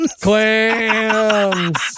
Clams